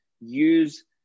use